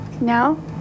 No